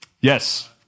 Yes